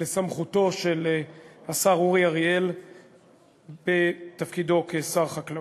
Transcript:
לסמכותו של השר אורי אריאל בתפקידו כשר החקלאות.